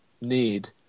need